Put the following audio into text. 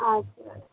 हजुर